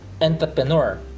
entrepreneur